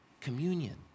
communion